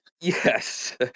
Yes